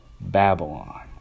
Babylon